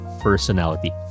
personality